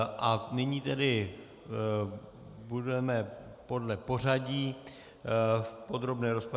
A nyní tedy budeme podle pořadí v podrobné rozpravě.